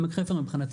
עמק חפר מבחינתנו,